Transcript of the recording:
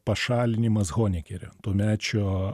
pašalinimas honekerio tuomečio